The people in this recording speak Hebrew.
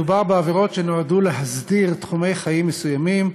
מדובר בעבירות שנועדו להסדיר תחומי חיים מסוימים,